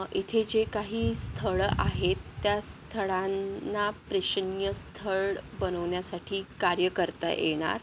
इथे जे काही स्थळं आहेत त्या स्थळांना प्रेक्षणीय स्थळ बनवण्यासाठी कार्य करता येणार